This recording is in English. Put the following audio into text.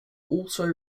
also